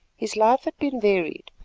his life had been varied,